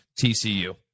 TCU